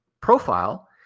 profile